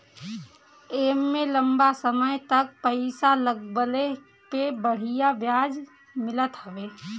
एमे लंबा समय तक पईसा लगवले पे बढ़िया ब्याज मिलत हवे